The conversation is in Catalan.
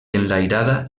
enlairada